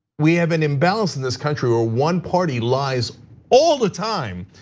we have an imbalance in this country or one party lies all the time.